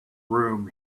room